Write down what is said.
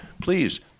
please